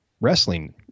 wrestling